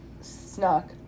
snuck